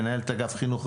מנהלת אגף חינוך,